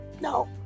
No